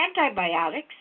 Antibiotics